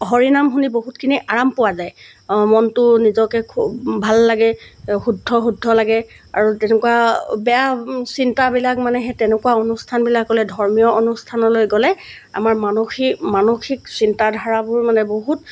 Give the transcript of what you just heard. হৰি নাম শুনি বহুতখিনি আৰাম পোৱা যায় অঁ মনটো নিজকে খুব ভাল লাগে শুদ্ধ শুদ্ধ লাগে আৰু তেনেকুৱা বেয়া চিন্তাবিলাক মানে সেই তেনেকুৱা অনুষ্ঠানবিলাকলৈ ধৰ্মীয় অনুষ্ঠানলৈ গ'লে আমাৰ মানসিক মানসিক চিন্তাধাৰাবোৰ মানে বহুত